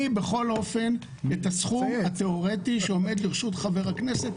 הסכום התיאורטי שעומד לרשות חבר הכנסת,